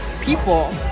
people